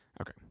Okay